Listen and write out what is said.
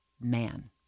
man